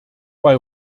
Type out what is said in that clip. bei